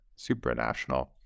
supranational